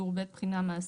טור ב': בחינה מעשית.